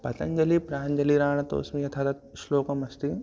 पतञ्जलिः प्राञ्जलिरानतोस्मि यथा तत् श्लोकमस्ति